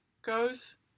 goes